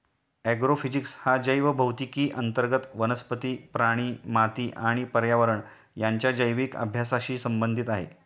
agrophysics हा जैवभौतिकी अंतर्गत वनस्पती, प्राणी, माती आणि पर्यावरण यांच्या जैविक अभ्यासाशी संबंधित आहे